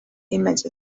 images